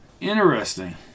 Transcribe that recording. Interesting